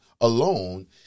alone